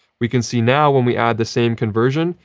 we can see now when we add the same conversion.